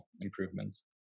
improvements